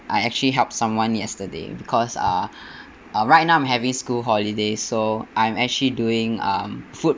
I actually help someone yesterday because uh uh right now I'm having school holiday so I'm actually doing um food~